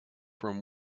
from